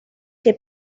que